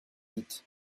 vite